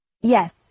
Yes